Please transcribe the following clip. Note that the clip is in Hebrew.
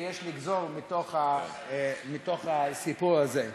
שיש לגזור מתוך הסיפור הזה.